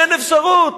אין אפשרות.